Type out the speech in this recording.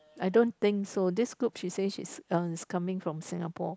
I don't think so this group she say she's uh is coming from Singapore